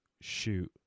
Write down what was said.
shoot